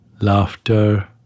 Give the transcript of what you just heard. Laughter